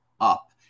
up